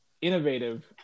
innovative